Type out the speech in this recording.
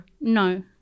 No